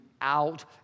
out